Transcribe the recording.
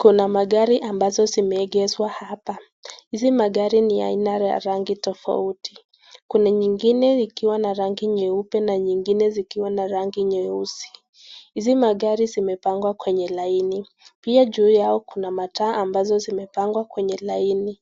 Kuna magari ambazo zimeegeshwa hapa. Hizi magari ni aina ya rangi tofauti. Kuna nyingine ikiwa na rangi nyeupe na nyingine zikiwa na rangi nyeusi. Hizi magari zimepangwa kwenye laini. Pia juu yao kuna mataa ambazo zimepangwa kwenye laini.